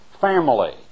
family